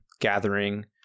gathering